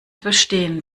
verstehen